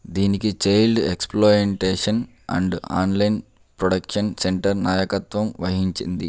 దీనికి child exploitation and online protection centre నాయకత్వం వహించింది